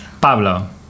Pablo